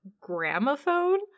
gramophone